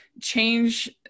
change